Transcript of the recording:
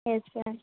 yes sir